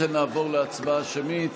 לכן נעבור להצבעה שמית.